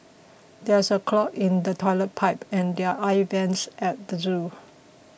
there is a clog in the Toilet Pipe and the Air Vents at the zoo